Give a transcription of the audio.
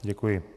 Děkuji.